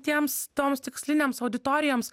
tiems toms tikslinėms auditorijoms